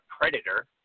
predator